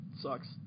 sucks